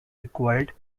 required